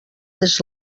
més